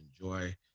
enjoy